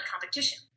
competition